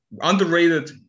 underrated